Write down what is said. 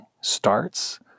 starts